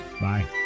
bye